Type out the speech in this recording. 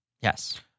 Yes